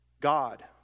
God